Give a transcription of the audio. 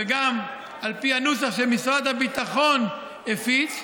וגם על פי הנוסח שמשרד הביטחון הפיץ,